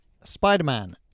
Spider-Man